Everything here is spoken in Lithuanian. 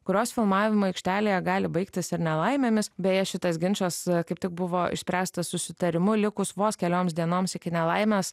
kurios filmavimo aikštelėje gali baigtis ir nelaimėmis beje šitas ginčas kaip tik buvo išspręstas susitarimu likus vos kelioms dienoms iki nelaimės